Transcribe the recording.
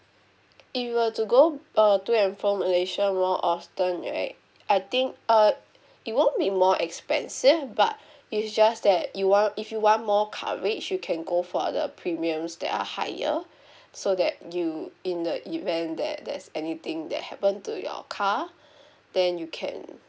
if you were to go uh to and from malaysia more often right I think uh it won't be more expensive but it's just that you are if you want more coverage you can go for the premiums that are higher so that you in the event that there's anything that happen to your car then you can